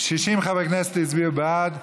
העירייה ומיסי הממשלה (פטורין)